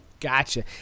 Gotcha